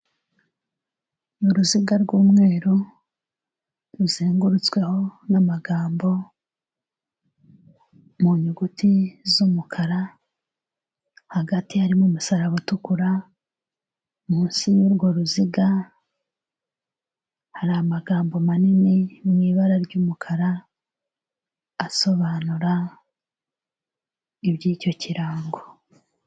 Ni uruziga rw'umweru ruzengurutsweho n'amagambo mu nyuguti z'umukara, hagati harimo umusaraba utukura, munsi y'urwo ruziga hari amagambo manini ari mu ibara ry'umukara asobanura iby'icyo kirango.